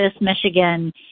Michigan